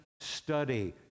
Study